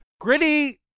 Gritty